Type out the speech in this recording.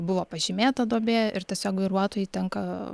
buvo pažymėta duobė ir tiesiog vairuotojui tenka